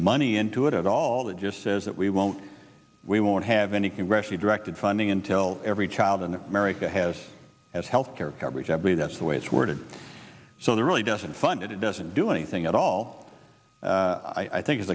money into it at all it just says that we won't we won't have any congressionally directed funding until every child in america has as health care coverage i believe that's the way it's worded so that really doesn't fund it it doesn't do anything at all i think i